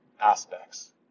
aspects